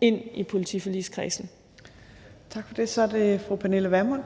ind under politiforligskredsen. Kl. 17:13 Tredje næstformand